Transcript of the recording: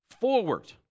forward